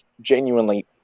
genuinely